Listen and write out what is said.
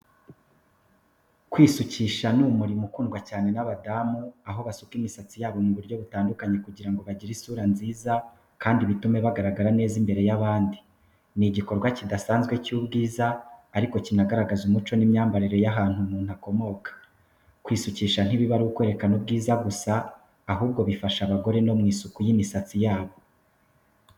Kwisukisha ni umurimo ukundwa cyane n’abadamu, aho basuka imisatsi yabo mu buryo butandukanye kugira ngo bagire isura nziza kandi bitume bagaragara neza imbere y’abandi. Ni igikorwa kidasanzwe cy’ubwiza ariko kinagaragaza umuco n’imyambarire y’ahantu umuntu akomoka. Kwisukisha ntibiba ari ukwerekana ubwiza gusa, ahubwo bifasha abagore no mu isuku y’imisatsi yabo.